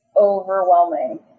overwhelming